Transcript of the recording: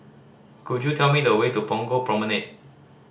could you tell me the way to Punggol Promenade